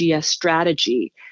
strategy